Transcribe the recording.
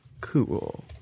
Cool